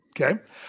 Okay